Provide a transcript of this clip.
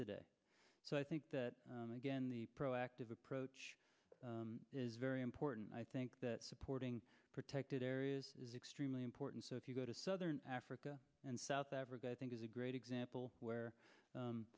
today so i think that again the proactive approach is very important i think that supporting protected areas is extremely important so if you go to southern africa and south africa i think is a great example where